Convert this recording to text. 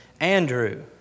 Andrew